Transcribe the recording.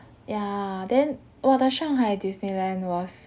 ya then !wah! the shanghai disneyland was